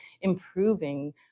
improving